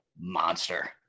monster